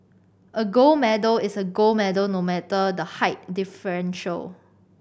a gold medal is a gold medal no matter the height differential